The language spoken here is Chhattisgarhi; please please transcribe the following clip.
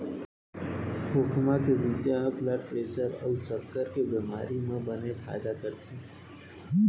खोखमा के बीजा ह ब्लड प्रेसर अउ सक्कर के बेमारी म बने फायदा करथे